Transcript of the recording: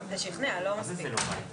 זה בכלל לא היה משנה את העמדות שלי ואת